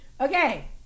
Okay